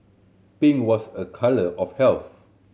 pink was a colour of health